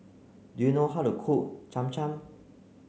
do you know how to cook Cham Cham